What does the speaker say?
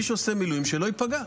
שמי שעושה מילואים לא ייפגע.